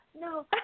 No